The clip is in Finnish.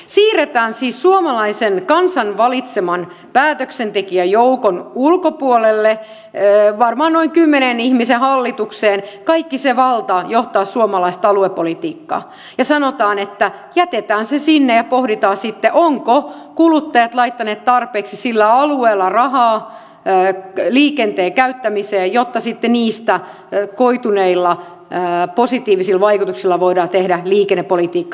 siirretään siis suomalaisen kansan valitseman päätöksentekijäjoukon ulkopuolelle varmaan noin kymmenen ihmisen hallitukseen kaikki se valta johtaa suomalaista aluepolitiikkaa ja sanotaan että jätetään se sinne ja pohditaan sitten ovatko kuluttajat laittaneet alueella tarpeeksi rahaa liikenteen käyttämiseen jotta sitten niistä koituneilla positiivisilla vaikutuksilla voidaan tehdä liikennepolitiikkaa